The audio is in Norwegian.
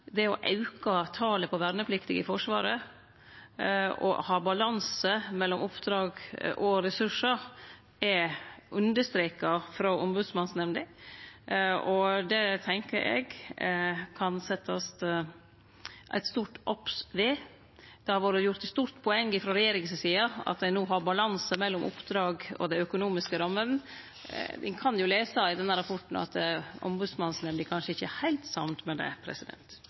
det å auke talet på vernepliktige i Forsvaret og ha balanse mellom oppdrag og ressursar er understreka frå Ombodsmannsnemnda, og det tenkjer eg det kan setjast eit stort obs ved. Det har vore gjort eit stort poeng frå regjeringas side av at ein no har balanse mellom oppdrag og dei økonomiske rammene. Ei kan jo lese i rapporten at Ombodsmannsnemnda kanskje ikkje er heilt samd i det.